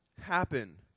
happen